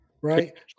right